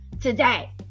today